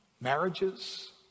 Marriages